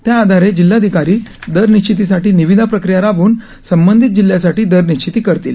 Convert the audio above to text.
त्याआधारे जिल्हाधिकारी दरनिश्चितीसाठी निविदा प्रक्रिया राबवून संबंधित जिल्ह्यांसाठी दर निश्चिती करतील